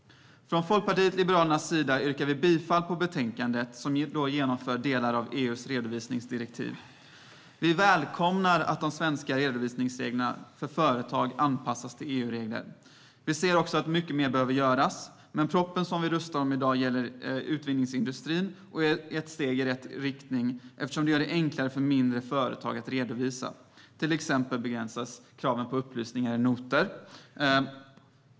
För Folkpartiet liberalernas del yrkar jag bifall till utskottets förslag, som genomför delar av EU:s redovisningsdirektiv. Vi välkomnar att de svenska redovisningsreglerna för företag anpassas till EU-regler. Vi ser att mycket mer behöver göras. Förslaget vi röstar om i dag gäller utvinningsindustrin och är ett steg i rätt riktning eftersom det gör det enklare för mindre företag att redovisa. Till exempel begränsas kraven på upplysningar i noter i årsredovisningen.